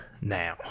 now